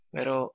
Pero